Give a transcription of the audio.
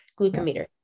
glucometer